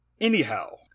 anyhow